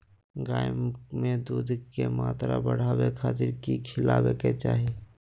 गाय में दूध के मात्रा बढ़ावे खातिर कि खिलावे के चाही?